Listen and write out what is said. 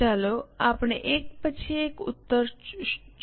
ચાલો આપણે એક પછી એક ઉત્તર જોવાની કોશિશ કરીએ